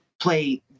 play